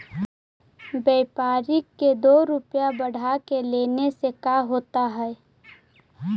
व्यापारिक के दो रूपया बढ़ा के लेने से का होता है?